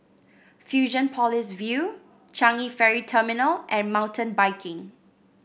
Fusionopolis View Changi Ferry Terminal and Mountain Biking